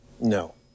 No